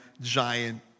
giant